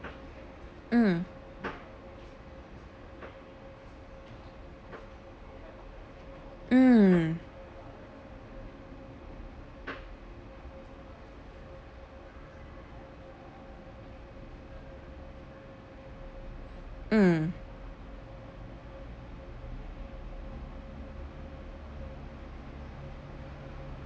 mm mm mm